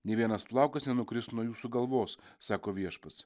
nė vienas plaukas nenukris nuo jūsų galvos sako viešpats